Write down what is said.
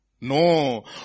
No